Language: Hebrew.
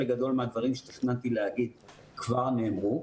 גדול מהדברים שתכננתי להגיד כבר נאמרו,